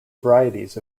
varieties